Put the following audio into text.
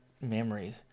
memories